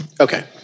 Okay